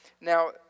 Now